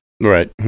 Right